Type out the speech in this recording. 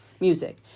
music